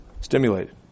stimulated